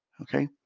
Okay